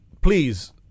please